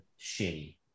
shitty